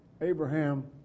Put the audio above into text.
Abraham